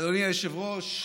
אדוני היושב-ראש,